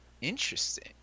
Interesting